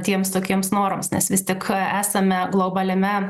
tiems tokiems norams nes vis tik esame globaliame